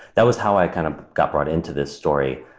that was how i kind of got brought into this story.